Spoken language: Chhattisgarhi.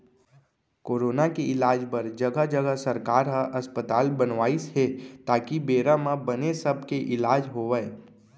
कोरोना के इलाज बर जघा जघा सरकार ह अस्पताल बनवाइस हे ताकि बेरा म बने सब के इलाज होवय